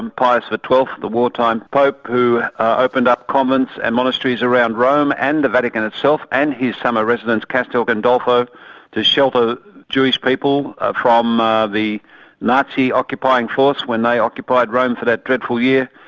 and pius but xii, the wartime pope who opened up convents and monasteries around rome and the vatican itself, and his summer residence castel gandolfo to shelter jewish people from ah the nazi occupying force when they occupied rome for that dreadful year,